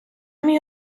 мій